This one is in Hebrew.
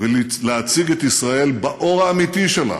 ולהציג את ישראל באור האמיתי שלה,